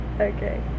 Okay